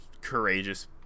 courageous